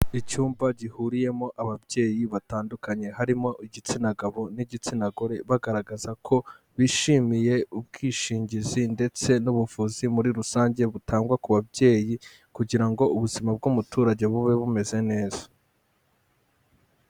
Icyumba gihuriyemo ababyeyi batandukanye; harimo igitsina gabo n'igitsina gore; bagaragaza ko bishimiye ubwishingizi ndetse n'ubuvuzi muri rusange butangwa ku babyeyi; kugira ngo ubuzima bw'umuturage bube bumeze neza.